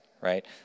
Right